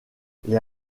les